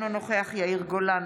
אינו נוכח יאיר גולן,